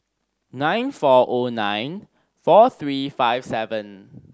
nine four o nine four three five seven